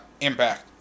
Impact